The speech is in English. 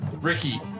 Ricky